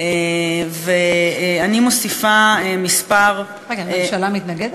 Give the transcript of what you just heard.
ואני מוסיפה כמה, רגע, הממשלה מתנגדת?